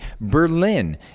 Berlin